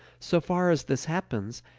so far as this happens,